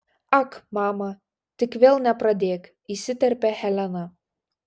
ak mama tik vėl nepradėk įsiterpia helena